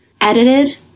Edited